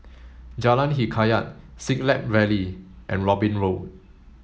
Jalan Hikayat Siglap Valley and Robin Road